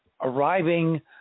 arriving